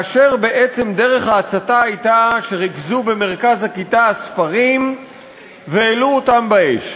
בעצם דרך ההצתה הייתה שריכזו במרכז הכיתה ספרים והעלו אותם באש.